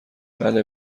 بله